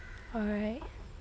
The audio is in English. alright